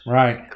right